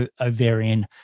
ovarian